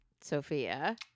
Sophia